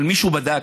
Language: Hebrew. אבל מישהו בדק?